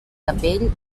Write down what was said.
capell